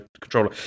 controller